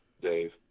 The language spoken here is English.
Dave